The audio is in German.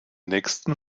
nächsten